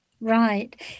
Right